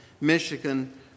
Michigan